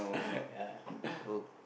yeah